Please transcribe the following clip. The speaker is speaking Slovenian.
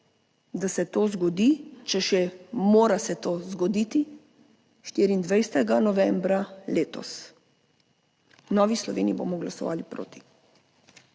da se to zgodi, če še mora se to zgoditi, 24. novembra letos. V Novi Sloveniji bomo glasovali proti.